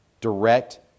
Direct